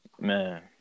Man